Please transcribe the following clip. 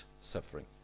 suffering